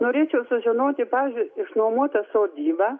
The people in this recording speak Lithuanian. norėčiau sužinoti pavyzdžiui išnuomota sodyba